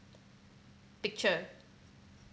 picture